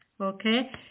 Okay